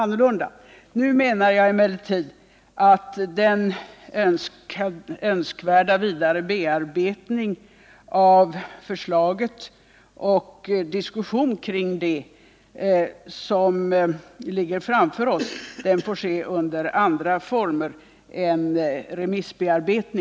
Nu menar jag emellertid att den önskvärda vidarebearbetning av förslaget och diskussion kring det som ligger framför oss får ske under andra former än remissarbete.